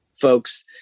folks